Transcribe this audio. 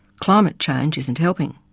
climate change isn't helping.